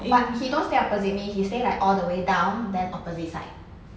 but he don't stay opposite me he stay like all the way down then opposite side